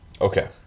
Okay